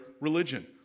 religion